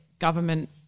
government